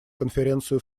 конференцию